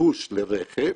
הביקוש לרכב,